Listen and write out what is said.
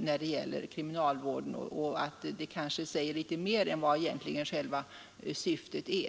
när det gäller kriminalvården, och ordet kanske säger litet mer än vad egentligen själva syftet är.